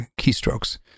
keystrokes